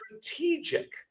strategic